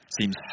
Seems